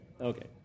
Okay